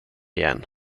igen